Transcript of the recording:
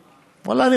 ואללה,